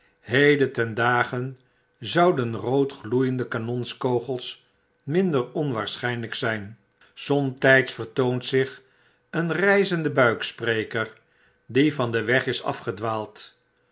heden ten dage zouden rood gloeiende kanonskogels minder onwaarschynlyk zp somtyds vertoont zich een reizende buikspreker die van den weg is